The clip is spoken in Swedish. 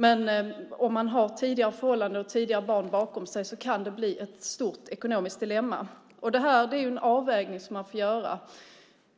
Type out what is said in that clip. Men om man har tidigare förhållanden och barn bakom sig kan det bli ett stort ekonomiskt dilemma. Det här är en avvägning som man får göra.